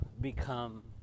become